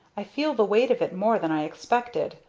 i feel the weight of it more than i expected.